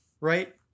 Right